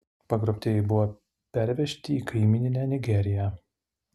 pagrobtieji buvo pervežti į kaimyninę nigeriją